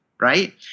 right